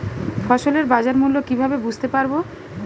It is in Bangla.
ফসলের বাজার মূল্য কিভাবে বুঝতে পারব?